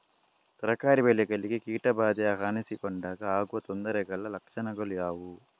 ತರಕಾರಿ ಬೆಳೆಗಳಿಗೆ ಕೀಟ ಬಾಧೆ ಕಾಣಿಸಿಕೊಂಡಾಗ ಆಗುವ ತೊಂದರೆಗಳ ಲಕ್ಷಣಗಳು ಯಾವುವು?